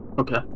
Okay